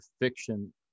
fiction